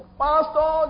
pastor